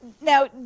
now